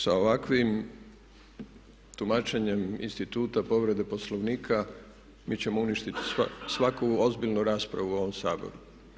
Sa ovakvim tumačenjem instituta povrede Poslovnika mi ćemo uništiti svaku ozbiljnu raspravu u ovom Saboru.